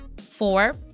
Four